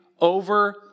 over